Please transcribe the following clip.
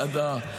איזה יצירתי אתה.